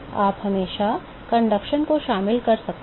आप हमेशा चालन को शामिल कर सकते हैं